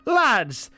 lads